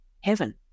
heaven